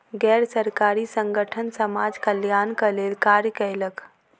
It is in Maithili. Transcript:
गैर सरकारी संगठन समाज कल्याणक लेल कार्य कयलक